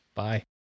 Bye